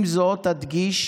עם זאת, אדגיש